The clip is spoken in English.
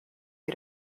due